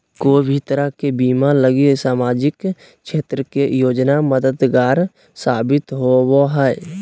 कोय भी तरह के बीमा लगी सामाजिक क्षेत्र के योजना मददगार साबित होवो हय